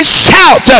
shout